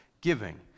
giving